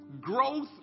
Growth